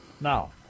Now